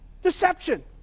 deception